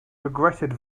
regretted